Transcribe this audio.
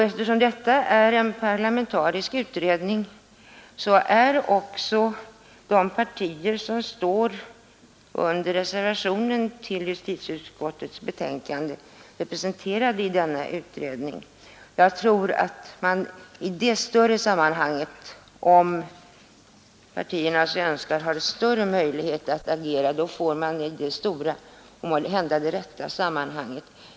Eftersom detta är en parlamentarisk utredning är de partier som står under reservationen till justitieutskottets betänkande också representerade där. Jag tror att man i det större sammanhanget, om partierna så önskar, har större möjlighet att agera. Då får man det stora och måhända det rätta sammanhanget.